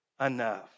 enough